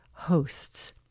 Hosts